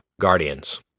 guardians